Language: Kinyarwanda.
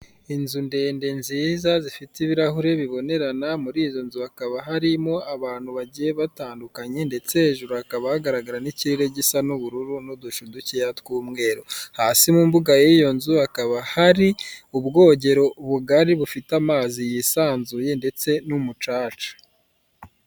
Icyapa kigaragaza ibitaro bya police, kikaba kigizwe n'amabara y'umutuku, umweru n'ubururu, kikaba kigizwe n'ibarangantego bibiri hari icy'u Rwanda n'icya police, ik'icyapa kikaba giteye mu busitani.